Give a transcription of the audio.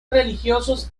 religiosos